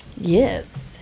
Yes